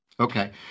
Okay